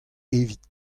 evit